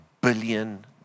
billion